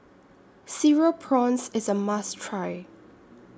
Cereal Prawns IS A must Try